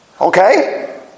Okay